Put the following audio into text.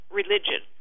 religion